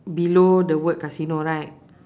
below the word casino right